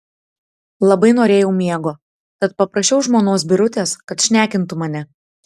labai norėjau miego tad paprašiau žmonos birutės kad šnekintų mane